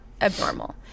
abnormal